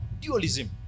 Dualism